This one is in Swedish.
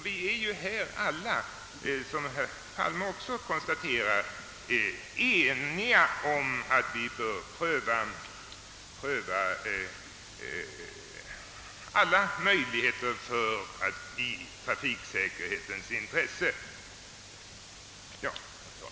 Vi är ju alla — det konstaterade också herr Palme — ense om att vi i trafiksäkerhetens intresse bör pröva alla möjligheter.